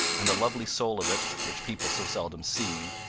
and the lovely soul of it, which people so seldom see,